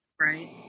right